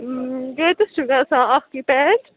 کۭتِس چھُ گَژھان اَکھ یہِ پیچ